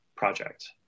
project